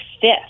fifth